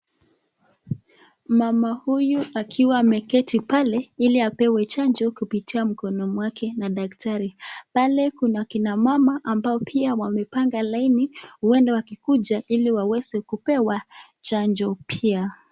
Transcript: Mama huyu akiwa ameketi pale ili apewe chanjo kupitia mkono mwake na daktari, pale kuna kina mama ambao pia wamepanga laini huenda wakikuja ili waweze kupewa chanjo pia.